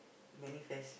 manifest